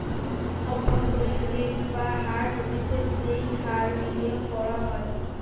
অভ্যন্তরীন রেট বা হার হতিছে যেই হার বিনিয়োগ করা হয়